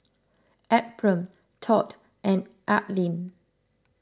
Ephriam Todd and Aleen